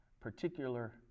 particular